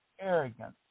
arrogance